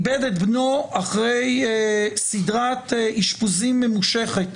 איבד את בנו אחרי סדרת אשפוזים ממושכת